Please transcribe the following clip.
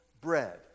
bread